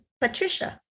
Patricia